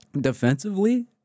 defensively